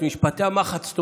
כמעט 80%. לכן מודר יונס,